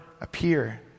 appear